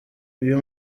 uyu